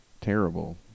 terrible